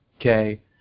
okay